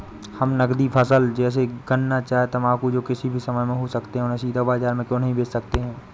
हम नगदी फसल जैसे गन्ना चाय तंबाकू जो किसी भी समय में हो सकते हैं उन्हें सीधा बाजार में क्यो नहीं बेच सकते हैं?